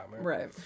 Right